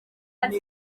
ari